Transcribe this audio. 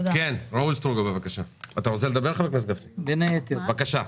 חבר הכנסת גפני, בבקשה.